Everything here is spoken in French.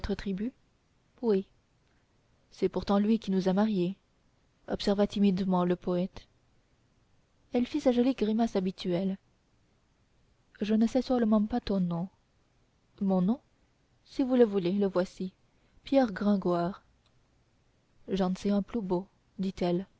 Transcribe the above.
tribu oui c'est pourtant lui qui nous a mariés observa timidement le poète elle fit sa jolie grimace habituelle je ne sais seulement pas ton nom mon nom si vous le voulez le voici pierre gringoire j'en sais un plus beau dit-elle